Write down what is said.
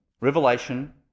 Revelation